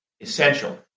essential